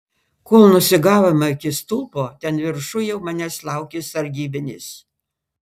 kol nusigavome iki stulpo ten viršuj jau manęs laukė sargybinis